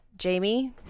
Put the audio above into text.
Jamie